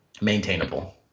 maintainable